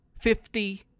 fifty